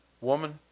woman